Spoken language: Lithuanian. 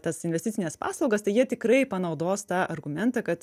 tas investicines paslaugas tai jie tikrai panaudos tą argumentą kad